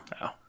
no